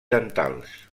dentals